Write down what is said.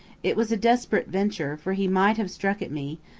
it was a desperate venture, for he might have struck at me,